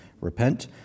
repent